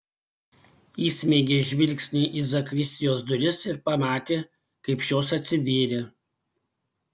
įsmeigė žvilgsnį į zakristijos duris ir pamatė kaip šios atsivėrė